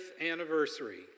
anniversary